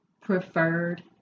preferred